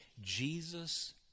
Jesus